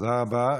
תודה רבה.